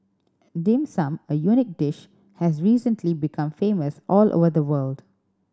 Dim Sum a unique dish has recently become famous all over the world